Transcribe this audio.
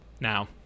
now